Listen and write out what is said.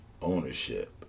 ownership